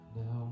Now